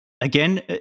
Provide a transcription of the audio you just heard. Again